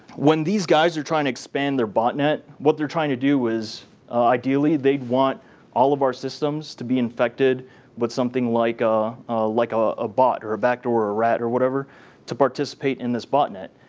when these guys are trying to expand their botnet, what they're trying to do is ideally they want all of our systems to be infected with but something like ah like ah a bot, or a backdoor, or a rat, or whatever to participate in this botnet.